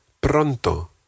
pronto